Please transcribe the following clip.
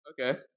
Okay